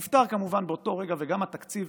זה נפתר כמובן באותו רגע וגם התקציב